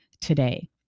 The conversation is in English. today